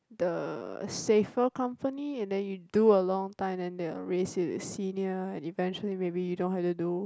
the safer company and then you do a long time then they will raise you to senior and eventually maybe you don't have to do